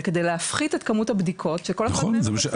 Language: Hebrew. כדי להפחית את כמות הבדיקות שכל אחד צריך?